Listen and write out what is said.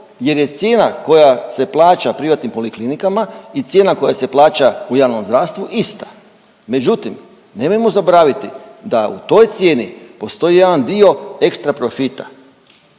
jer je cijena koja se plaća privatnim poliklinikama i cijena koja se plaća u javnom zdravstvu ista. Međutim, nemojmo zaboraviti da u toj cijeni postoji jedan dio ekstra profita.